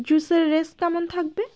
জুসের রেশ কেমন থাকবে